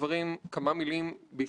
הם מנהלים את הפנסיה שלנו,